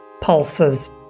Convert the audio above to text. pulses